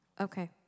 Okay